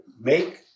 make